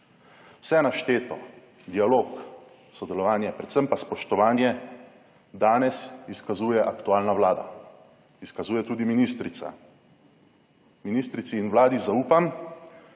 Vse našteto, dialog, sodelovanje predvsem pa spoštovanje danes izkazuje aktualna Vlada, izkazuje tudi ministrica. Ministrici in Vladi zaupam